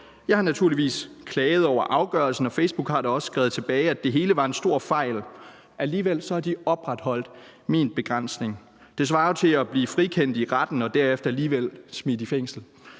Jeg har naturligvis klaget over afgørelsen, og Facebook har da også skrevet tilbage, at det hele var en stor fejl. Alligevel har de opretholdt min begrænsning. Det svarer jo til at blive frikendt i retten og derefter alligevel blive smidt i fængsel.